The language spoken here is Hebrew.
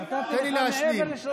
שלמה, נתתי לך מעבר לשלוש דקות.